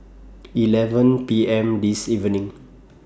eleven P M This evening